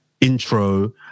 intro